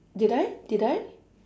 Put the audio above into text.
did I did I